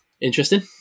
interesting